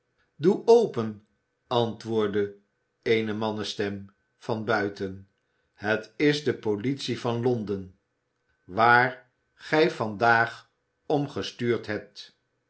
doe open antwoordde eene mannenstem van buiten het is de politie van londen waar gij vandaag om gestuurd hebt